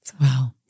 Wow